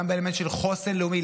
גם באלמנט של חוסן לאומי,